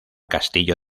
castillo